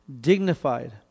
dignified